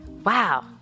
Wow